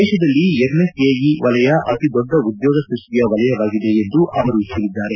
ದೇಶದಲ್ಲಿ ಎಂಎಸ್ಎಇ ವಲಯ ಅತಿದೊಡ್ಡ ಉದ್ಯೋಗ ಸೃಷ್ಷಿಯ ವಲಯವಾಗಿದೆ ಎಂದು ಅವರು ಹೇಳಿದ್ದಾರೆ